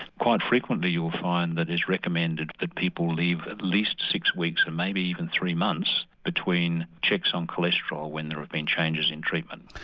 quite frequently you will find that it is recommended that people leave at least six weeks and maybe even three months between checks on cholesterol when there have been changes in treatment.